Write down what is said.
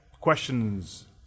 questions